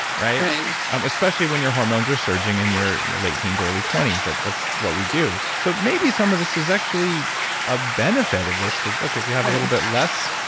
especially when your hormones are surging in your your late teens, early twenty s. that's what we do. so maybe some of this is actually a benefit of this because like if you have a little bit less,